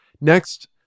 Next